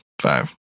five